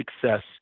success